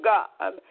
God